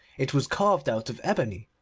it was carved out of ebony,